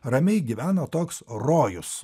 ramiai gyveno toks rojus